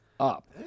Up